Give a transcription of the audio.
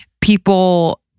people